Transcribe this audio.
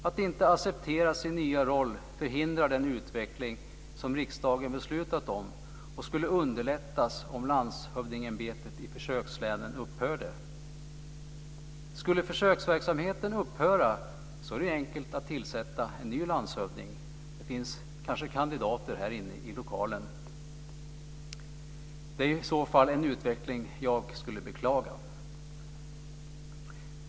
Att inte acceptera sin nya roll förhindrar den utveckling som riksdagen beslutat om och som skulle underlättas om landshövdingeämbetet i försökslänen upphörde. Det är i så fall en utveckling som jag skulle beklaga.